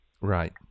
Right